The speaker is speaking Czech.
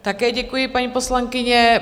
Také děkuji, paní poslankyně.